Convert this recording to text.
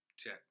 Check